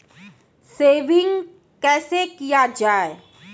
Saving कैसै किया जाय?